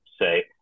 say